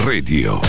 Radio